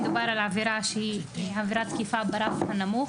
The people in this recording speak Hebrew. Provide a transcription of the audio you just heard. מדובר על עבירה שהיא עבירת תקיפה ברף הנמוך,